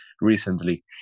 recently